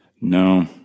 No